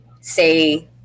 say